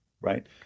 right